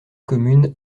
commune